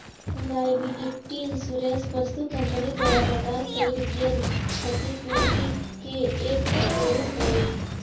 liability insurance वस्तु company द्वारा प्रदान कैइल गेल क्षतिपूर्ति के एक स्वरूप हई